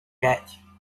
пять